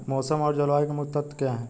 मौसम और जलवायु के मुख्य तत्व क्या हैं?